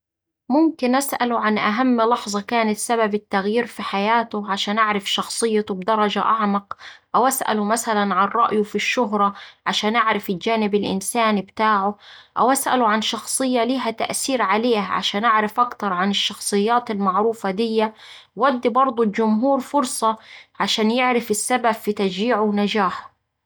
ممكن أسأله عن أهم لحظة كانت سبب التغيير في حياته عشان أعرف شخصيته بدرجة أعمق، أو أسأله مثلا عن رأيه في الشهرة عشان أعرف الجانب الإنساني بتاعه، أو أسأله عن شخصية ليها تأثير عليه عشان أعرف أكتر عن الشخصيات المعروفة دية وأدي برضه الجمهور فرصة عشان يعرف السبب في تشجيعه ونجاحه.